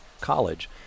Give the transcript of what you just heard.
college